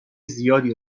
زیادی